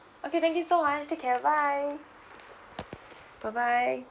okay thank you so much take care bye bye bye